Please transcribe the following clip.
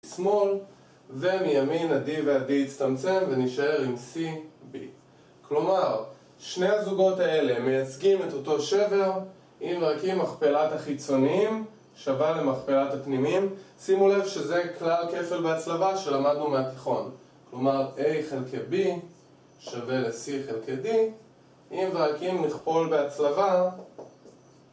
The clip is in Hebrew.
שמאל, ומימין ה-D וה-D יצטמצם, ונשאר עם C-B כלומר, שני הזוגות האלה מייצגים את אותו שבר אם רק אם מכפלת החיצוניים שווה למכפלת הפנימיים שימו לב שזה כלל כפל בהצלבה שלמדנו מהתיכון כלומר, A חלקי B שווה ל-C חלקי D אם ורק אם נכפול בהצלבה